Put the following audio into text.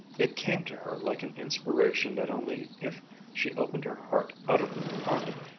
it came to her like an inspiration that only if she opened her heart utterly to arnold,